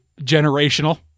generational